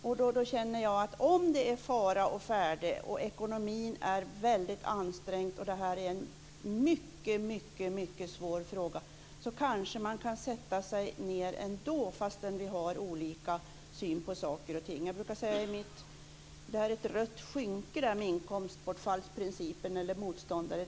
Jag känner att vi, om det är fara å färde, ekonomin är väldigt ansträngd och det här är en mycket svår fråga, kanske kan sätta oss ned ändå fastän vi har olika syn på saker och ting. Jag brukar säga att det här med motståndare till inkomstbortfallsprincipen är ett rött skynke.